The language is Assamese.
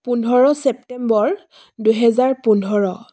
পোন্ধৰ ছেপ্টেম্বৰ দুহেজাৰ পোন্ধৰ